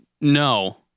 no